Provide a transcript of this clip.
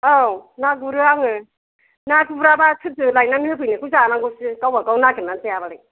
औ ना गुरो आङो ना गुराबा सोरथो लायनानै होफैनायखौ जानांगौ सि गावबागाव नागेरनानै जायाबालाय